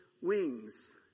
wings